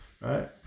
Right